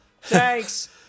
Thanks